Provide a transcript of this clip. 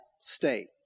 state